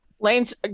Lane's